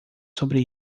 sobre